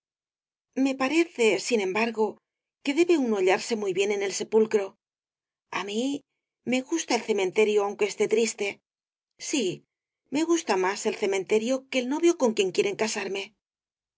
me parece sin embargo que debe uno hallarse muy bien en el sepulcro á mí me gusta el cementerio aunque es triste sí me gusta más el cementerio que el novio con quien quieren casarme